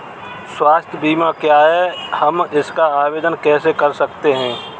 स्वास्थ्य बीमा क्या है हम इसका आवेदन कैसे कर सकते हैं?